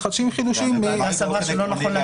לא.